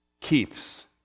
keeps